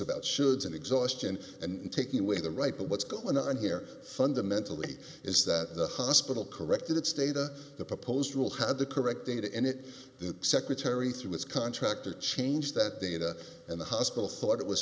about should and exhaustion and taking away the right but what's going on here fundamentally is that the hospital corrected its state or the proposed rule had the correct data and it the secretary through its contractor changed that data and the hospital thought it was